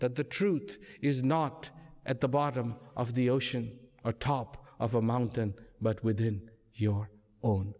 that the truth is not at the bottom of the ocean or top of a mountain but within your own